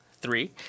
three